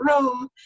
room